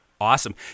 Awesome